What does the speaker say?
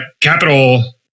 capital